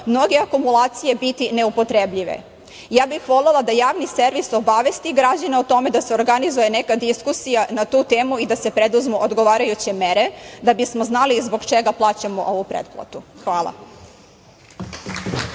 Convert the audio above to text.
mnoge akumulacije biti neupotrebljive. Ja bih volela da Javni servis obavesti građane o tome da se organizuje neka diskusija na tu temu i da se preduzmu odgovarajuće mere da bismo znali zbog čega plaćamo ovu pretplatu.